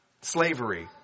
slavery